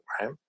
right